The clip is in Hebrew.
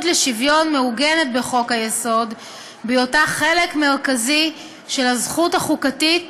לשוויון מעוגנת בחוק-היסוד בהיותה חלק מרכזי של הזכות החוקתית